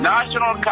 National